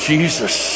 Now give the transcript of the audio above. Jesus